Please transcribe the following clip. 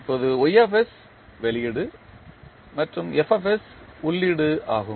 இப்போது Y வெளியீடு மற்றும் F உள்ளீடு ஆகும்